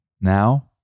Now